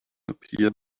appear